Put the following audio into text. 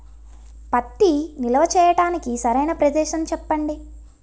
పత్తి నిల్వ చేయటానికి సరైన ప్రదేశం చెప్పండి?